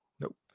Nope